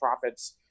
profits